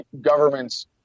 governments